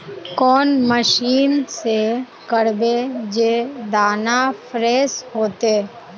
कौन मशीन से करबे जे दाना फ्रेस होते?